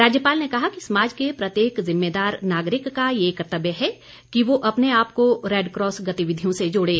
राज्यपाल ने कहा कि समाज के प्रत्येक जिम्मेदार नागरिक का ये कर्त्तव्य है कि वो अपने आप को रैडक्रॉस गतिविधियों से जोड़े